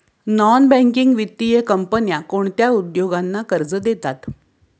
Non banking वित्तीय कंपन्या कोणत्या उद्योगांना कर्ज देतात?